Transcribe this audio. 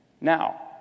Now